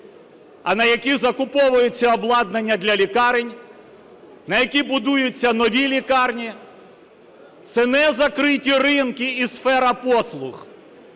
а на які закуповується обладнання для лікарень, на які будуються нові лікарні. Це не закриті ринки і сфера послуг,